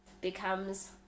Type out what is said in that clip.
becomes